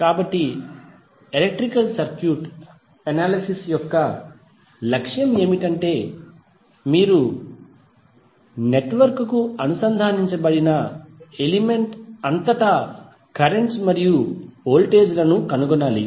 కాబట్టి electrical circuit analysis యొక్క లక్ష్యం ఏమిటంటే మీరు నెట్వర్క్ కు అనుసంధానించబడిన ఎలిమెంట్ అంతటా కరెంట్స్ మరియు వోల్టేజ్ లను కనుగొనాలి